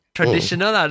Traditional